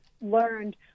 learned